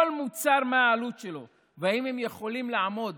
שמחשבים כל מוצר מה העלות שלו ואם הם יכולים לעמוד